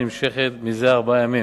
הנמשכת זה ארבעה ימים,